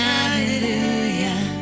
Hallelujah